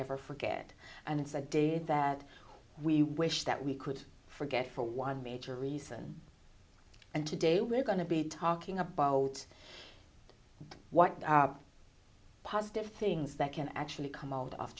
ever forget and it's a day we wish that we could forget for one major reason and today we're going to be talking about positive things that can actually come out of